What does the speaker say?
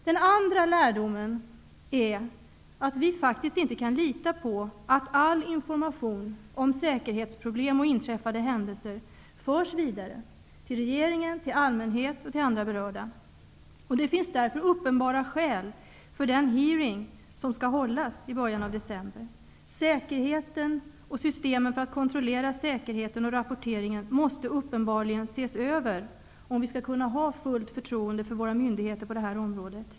Den andra lärdomen är att vi faktiskt inte kan lita på att all information om säkerhetsproblem och inträffade händelser förs vidare, till regeringen, till allmänheten och andra berörda. Det finns därför uppenbara skäl för den hearing som skall hållas i början av december. Säkerheten och systemen för att kontrollera säkerheten och rapporteringen måste uppenbarligen ses över, om vi skall kunna ha fullt förtroende för våra myndigheter på detta område.